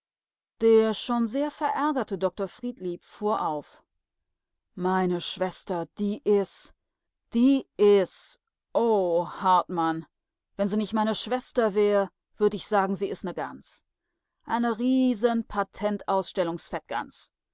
der schon sehr verärgerte dr friedlieb fuhr auf meine schwester die is die is o hartmann wenn sie nich meine schwester wär würd ich sagen sie is ne gans eine riesen patent ausstellungs fettgans